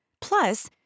Plus